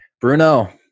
Bruno